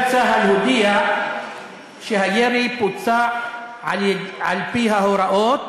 דובר צה"ל הודיע שהירי בוצע על-פי ההוראות,